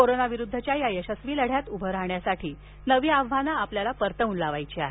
कोरोनाविरुद्धच्या या यशस्वी लढ्यात उभी राहणारी नवी आव्हानं आपल्याला परतवून लावायची आहेत